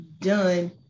done